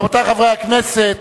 רבותי חברי הכנסת,